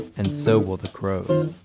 and so will the crows